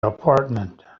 apartment